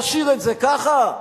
להשאיר את זה ככה?